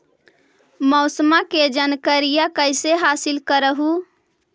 मौसमा के जनकरिया कैसे हासिल कर हू?